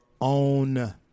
own